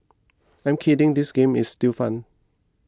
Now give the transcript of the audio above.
I'm kidding this game is still fun